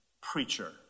preacher